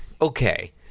okay